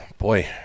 Boy